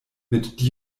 mit